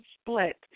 split